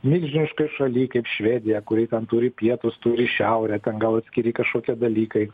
milžiniškoj šaly kaip švedija kuri ten turi pietus turi šiaurę ten gal atskiri kažkoki dalykai